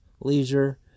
leisure